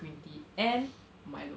green tea and milo